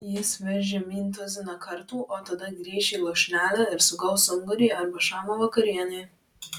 jis veš žemyn tuziną kartų o tada grįš į lūšnelę ir sugaus ungurį arba šamą vakarienei